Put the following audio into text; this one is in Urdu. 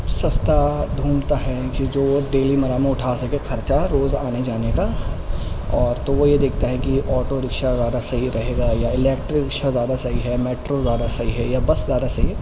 سستا ڈھونڈتا ہے کہ جو ڈیلی مرہ میں اٹھا سکے خرچہ روز آنے جانے کا اور تو وہ یہ دیکھتا ہے کہ آٹو رکشہ زیادہ صحیح رہے گا یا الیکٹرک رکشہ زیادہ صحیح ہے میٹرو زیادہ صحیح ہے یا بس زیادہ صحیح ہے